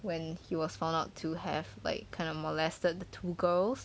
when he was found out to have like kind of molested the two girls